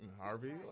Harvey